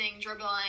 dribbling